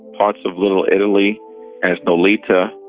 parts of little italy as nolita,